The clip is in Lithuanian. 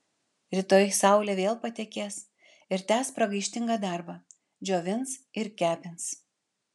rytoj saulė vėl patekės ir tęs pragaištingą darbą džiovins ir kepins